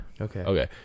Okay